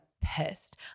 pissed